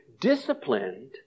disciplined